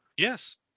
Yes